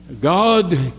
God